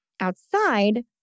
Outside